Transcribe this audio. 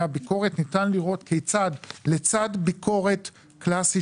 הביקורת ניתן לראות כיצד לצד ביקורת קלאסית,